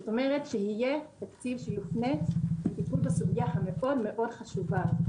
זאת אומרת שיהיה תקציב שיופנה לטיפול בסוגיה החשובה מאוד הזאת.